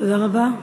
תודה רבה.